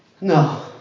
No